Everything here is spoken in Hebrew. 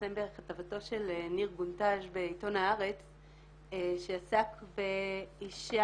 שהתפרסם בכתבתו של ניר גונטז' בעיתון הארץ שעסק באישה